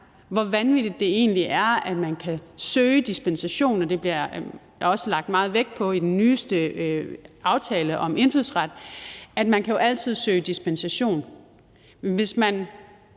hvor vanvittigt det egentlig er, at man kan søge dispensation, og det bliver der også lagt meget vægt på i den nyeste aftale om indfødsret, altså at man jo altid kan søge dispensation. Men hvis man